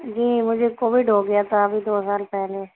جی مجھے کووڈ ہو گیا تھا ابھی دو سال پہلے